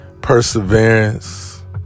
Perseverance